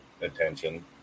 attention